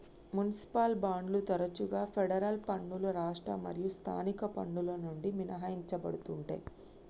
municipal బాండ్లు తరచుగా federal పన్నులు రాష్ట్ర మరియు స్థానిక పన్నుల నుండి మినహాయించబడతుండే